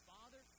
Father